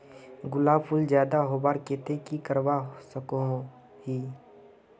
गुलाब फूल ज्यादा होबार केते की करवा सकोहो ही?